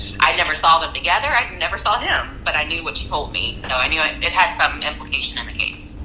i never saw them together, i never saw him. but i knew what she told me. so i knew it hade some implication in the case.